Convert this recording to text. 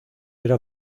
era